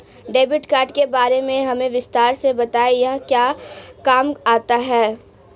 Debit card के बारे में हमें विस्तार से बताएं यह क्या काम आता है?